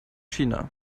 china